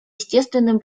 естественным